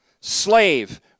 slave